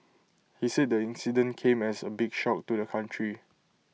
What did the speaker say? he said the incident came as A big shock to the country